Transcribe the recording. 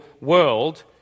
world